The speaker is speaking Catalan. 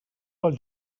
pel